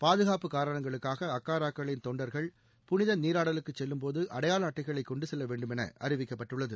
பாதுகாப்பு காரணங்களுக்காக அக்காராக்களின் தொண்டர்கள் புனிதநீராடலுக்குச் செல்லும்போது அடையாள அட்டைகளை கொண்டுசெல்ல வேண்டுமென அறிவிக்கப்பட்டுள்ளது